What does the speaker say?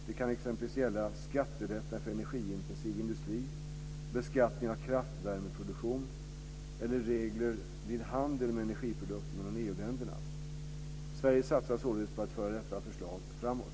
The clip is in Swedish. Det kan exempelvis gälla skattelättnader för energiintensiv industri, beskattning av kraftvärmeproduktion eller regler vid handel med energiprodukter mellan EU-länderna. Sverige satsar således på att föra detta förslag framåt.